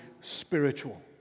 Spiritual